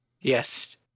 Yes